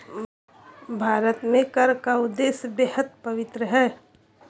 भारत में कर का उद्देश्य बेहद पवित्र है